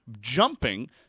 jumping